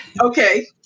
Okay